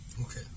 Okay